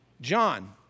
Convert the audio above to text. John